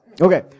Okay